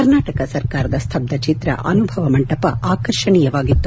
ಕರ್ನಾಟಕ ಸರ್ಕಾರದ ಸ್ತಬ್ದ ಚಿತ್ರ ಅನುಭವ ಮಂಟಪ ಆಕರ್ಷಣೀಯವಾಗಿತ್ತು